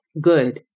Good